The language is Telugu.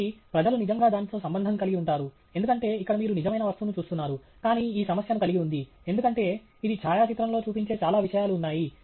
కాబట్టి ప్రజలు నిజంగా దానితో సంబంధం కలిగి ఉంటారు ఎందుకంటే ఇక్కడ మీరు నిజమైన వస్తువును చూస్తున్నారు కానీ ఈ సమస్యను కలిగి ఉంది ఎందుకంటే ఇది ఛాయాచిత్రంలో చూపించే చాలా విషయాలు ఉన్నాయి